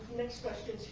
next question